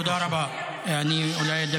אתה כבר לא סגן